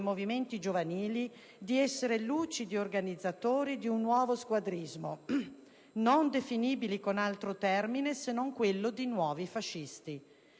movimenti giovanili di essere lucidi organizzatori di un nuovo squadrismo, non definibili con altro termine se non quello di nuovi fascisti.